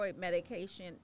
medication